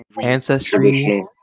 ancestry